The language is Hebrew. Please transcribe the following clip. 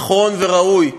נכון וראוי,